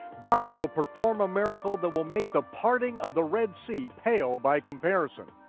god will perform a miracle that will make the parting of the red sea pale by comparison.